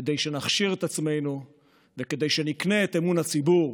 כדי שנכשיר את עצמנו וכדי שנקנה את אמון הציבור